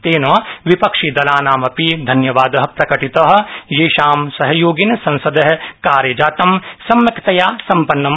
तेन विपक्षिदलानाम् अपि धन्यावादः प्रकटितः येषां सहयोगेन संसदः कार्यजातं सम्यक्तया सम्पन्नम्